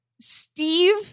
Steve